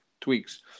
tweaks